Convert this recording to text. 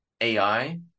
AI